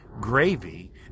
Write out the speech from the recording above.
gravy